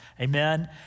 amen